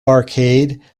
arcade